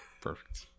Perfect